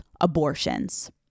abortions